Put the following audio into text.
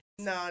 No